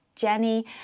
Jenny